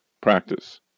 practice